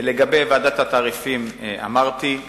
לגבי ועדת התעריפים, אמרתי: